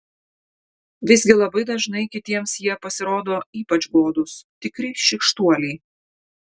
visgi labai dažnai kitiems jie pasirodo ypač godūs tikri šykštuoliai